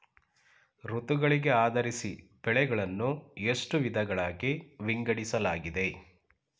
ಋತುಗಳಿಗೆ ಆಧರಿಸಿ ಬೆಳೆಗಳನ್ನು ಎಷ್ಟು ವಿಧಗಳಾಗಿ ವಿಂಗಡಿಸಲಾಗಿದೆ?